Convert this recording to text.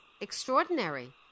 extraordinary